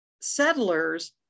settlers